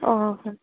ஓ ம்